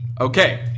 Okay